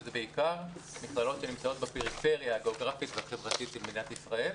שזה בעיקר מכללות שנמצאות בפריפריה הגיאוגרפית והחברתית של מדינת ישראל,